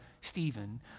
Stephen